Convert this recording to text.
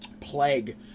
plague